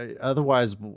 otherwise